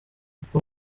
kuko